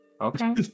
Okay